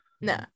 No